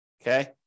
Okay